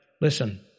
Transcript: Listen